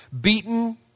Beaten